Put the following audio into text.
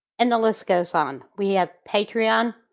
and the list goes on we have patreon,